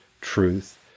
truth